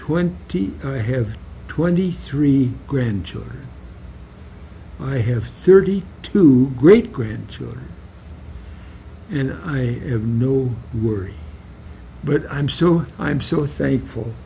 twenty i have twenty three grandchildren i have thirty two great grandchildren and i have no worries but i'm so i'm so thankful